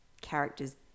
characters